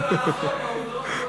אתה, לא, הוא יסיים,